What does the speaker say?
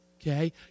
okay